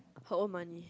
her own money